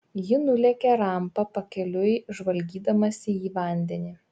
ji nulėkė rampa pakeliui žvalgydamasi į vandenį